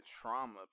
trauma